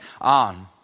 on